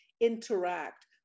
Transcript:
interact